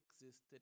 existed